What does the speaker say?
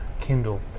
Kindle